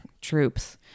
troops